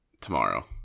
tomorrow